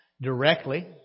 directly